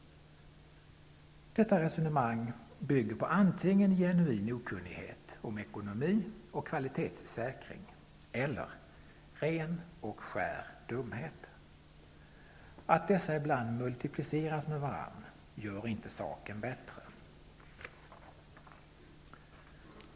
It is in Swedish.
Detta resonemang bygger antingen på genuin okunnighet om ekonomi och kvalitetssäkring eller på ren och skär dumhet -- att dessa ibland multipliceras med varandra gör inte saken bättre.